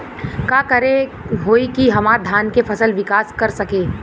का करे होई की हमार धान के फसल विकास कर सके?